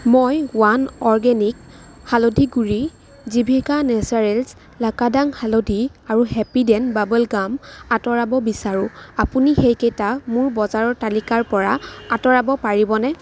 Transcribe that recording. মই one organic হালধি গুড়ি জিভিকা নেচাৰেল্ছ লাকাডং হালধি আৰু হেপীডেণ্ট বাবল গাম আঁতৰাব বিচাৰোঁ আপুনি সেইকেইটা মোৰ বজাৰৰ তালিকাৰ পৰা আঁতৰাব পাৰিবনে